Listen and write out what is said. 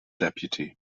deputy